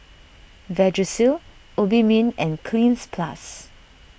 Vagisil Obimin and Cleanz Plus